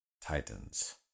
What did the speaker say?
titans